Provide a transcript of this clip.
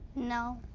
no.